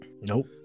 Nope